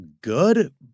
good